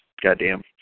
Goddamn